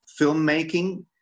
filmmaking